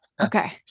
Okay